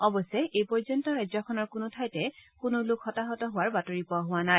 অৱশ্যে এই পৰ্যন্ত ৰাজ্যখনৰ কোনো ঠাইতে কোনো লোক হতাহত হোৱাৰ বাতৰি পোৱা হোৱা নাই